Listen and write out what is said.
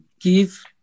give